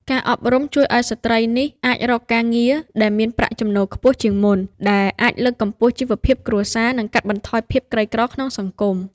ការអប់រំជួយឲ្យស្ត្រីនេះអាចរកការងារដែលមានប្រាក់ចំណូលខ្ពស់ជាងមុន ដែលអាចលើកកម្ពស់ជីវភាពគ្រួសារ និងកាត់បន្ថយភាពក្រីក្រក្នុងសង្គម។